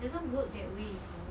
doesn't work that way you know